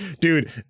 Dude